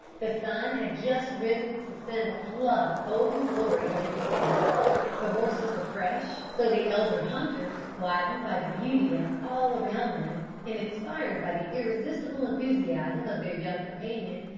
the sun had just risen to send a flood of golden glory over the scene the horses were fresh, so the elder hunters, gladdened by the beauty of all around them, and inspired by the irresistible enthusiasm of their young companion,